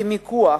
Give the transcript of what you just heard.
למיקוח,